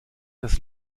das